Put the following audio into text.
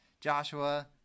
Joshua